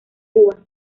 cuba